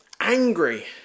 angry